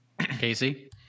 Casey